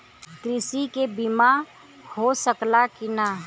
कृषि के बिमा हो सकला की ना?